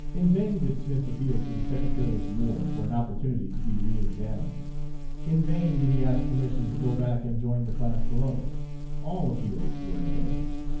in vain did smith appeal to the secretary of war for an opportunity to be re-examined in vain did he ask permission to go back and join the class below all appeals were in vain.